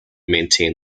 maintain